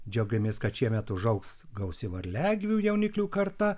džiaugiamės kad šiemet užaugs gausi varliagyvių jauniklių karta